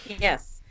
yes